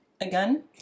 Again